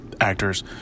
actors